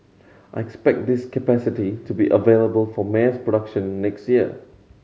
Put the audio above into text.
I expect this capacity to be available for mass production next year